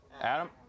Adam